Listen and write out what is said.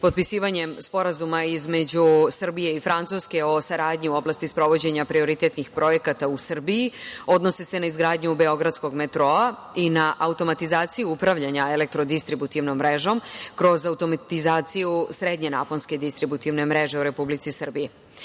Srbiji. Potpisivanjem sporazuma između Srbije i Francuske o saradnji u oblasti sprovođenja prioritetnih projekata u Srbiji, odnose se na izgradnju beogradskog metroa i na automatizaciju upravljanja elektrodistributivnom mrežom kroz automatizaciju srednje naponske distributivne mreže u Republici